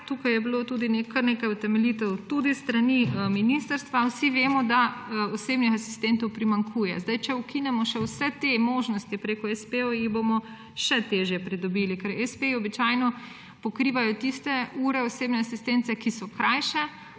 Tukaj je bilo tudi kar nekaj utemeljitev tudi s strani ministrstva. Vsi vemo, da osebnih asistentov primanjkuje. Če ukinemo še vse te možnosti preko espejev, jih bomo še težje pridobili, ker espeji običajno pokrivajo tiste ure osebne asistence, ki so krajše,